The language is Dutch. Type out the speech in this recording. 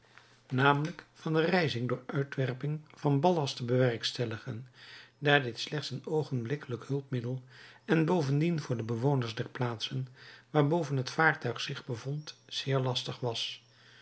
namelijk van de rijzing door uitwerping van ballast te bewerkstelligen daar dit slechts een oogenblikkelijk hulpmiddel en bovendien voor de bewoners der plaatsen waarboven het vaartuig zich bevond zeer lastig was